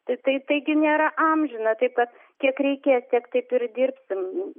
tai tai taigi nėra amžina taip kad kiek reikės tiek taip ir dirbsim